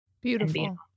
beautiful